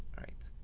alright.